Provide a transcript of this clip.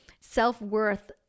self-worth